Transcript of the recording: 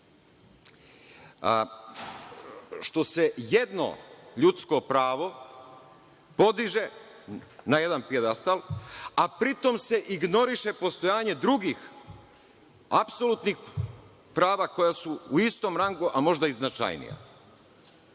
što se jedno ljudsko pravo podiže na jedan pijedastal, a pri tom se ignoriše postojanje drugih apsolutnih prava koja su u istom rangu, a možda i značajnija.